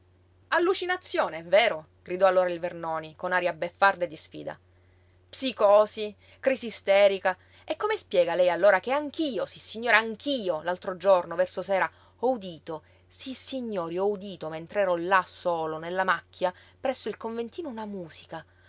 è vero gridò allora il vernoni con aria beffarda e di sfida psicosi crisi isterica e come spiega lei allora che anch'io sissignore anch'io l'altro giorno verso sera ho udito sissignori ho udito mentr'ero là solo nella macchia presso il conventino una musica